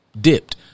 dipped